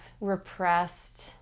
repressed